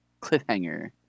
cliffhanger